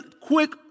quick